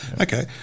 Okay